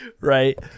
Right